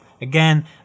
again